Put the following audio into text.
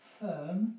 firm